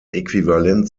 äquivalent